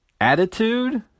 Attitude